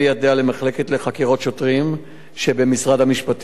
למחלקה לחקירות שוטרים שבמשרד המשפטים.